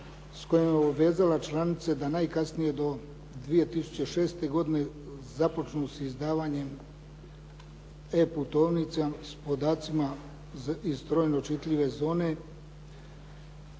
s kojim je obavezala članice da najkasnije do 2006. godine započnu s izdavanjem E putovnica s podacima iz brojno čitljive zone